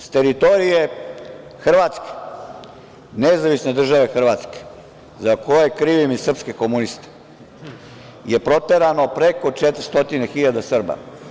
S teritorije Hrvatske, Nezavisne države Hrvatske, za koje krivim i srpske komuniste, je proterano preko 400 hiljada Srba.